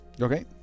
Okay